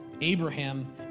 Abraham